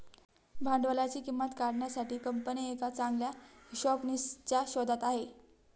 भांडवलाची किंमत काढण्यासाठी कंपनी एका चांगल्या हिशोबनीसच्या शोधात आहे